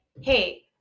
hey